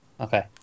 Okay